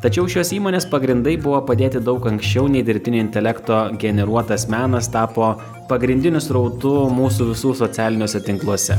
tačiau šios įmonės pagrindai buvo padėti daug anksčiau nei dirbtinio intelekto generuotas menas tapo pagrindiniu srautu mūsų visų socialiniuose tinkluose